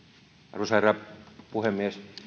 arvoisa herra puhemies